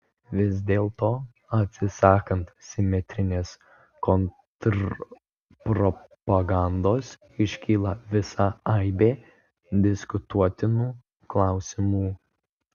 vis dėlto atsisakant simetrinės kontrpropagandos iškyla visa aibė diskutuotinų klausimų